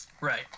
Right